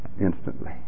instantly